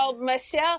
michelle